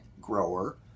grower